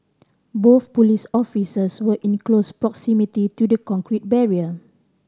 both police officers were in close proximity to the concrete barrier